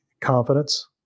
confidence